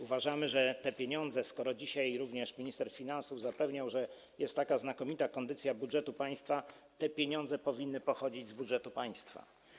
Uważamy, że te pieniądze - skoro dzisiaj również minister finansów zapewniał, że jest taka znakomita kondycja budżetu państwa - powinny pochodzić z budżetu państwa.